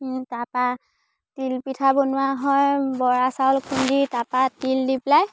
তাৰপৰা তিলপিঠা বনোৱা হয় বৰা চাউল খুন্দি তাৰপৰা তিল দি পেলাই